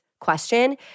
question